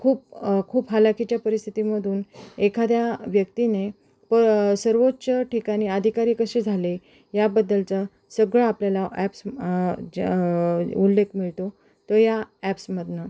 खूप खूप हालाखीच्या परिस्थितीमधून एखाद्या व्यक्तीने प सर्वोच्च ठिकाणी अधिकारी कसे झाले याबद्दलचं सगळं आपल्याला ॲप्स ज उल्लेख मिळतो तो या ॲप्समधनं